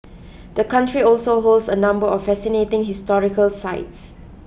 the country also holds a number of fascinating historical sites